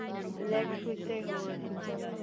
next ꯋꯤꯛꯇꯩ ꯍꯧꯔꯁꯤꯅꯦ